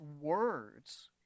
words